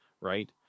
right